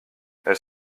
elles